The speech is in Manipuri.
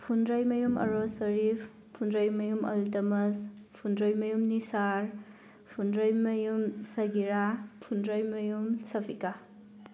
ꯐꯨꯟꯗ꯭ꯔꯩꯃꯌꯨꯝ ꯑꯔꯣꯁꯔꯤꯞ ꯐꯨꯟꯗ꯭ꯔꯩꯃꯌꯨꯝ ꯑꯜꯇꯃꯁ ꯐꯨꯟꯗ꯭ꯔꯩꯃꯌꯨꯝ ꯅꯤꯁꯥꯔ ꯐꯨꯟꯗ꯭ꯔꯩꯃꯌꯨꯝ ꯁꯍꯤꯔꯥ ꯐꯨꯟꯗ꯭ꯔꯩꯃꯌꯨꯝ ꯁꯕꯤꯀꯥ